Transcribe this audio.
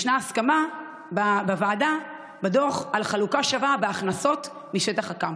ישנה הסכמה בדוח על חלוקה שווה בהכנסות משטח הקמפוס.